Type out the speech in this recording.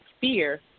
fear